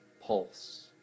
pulse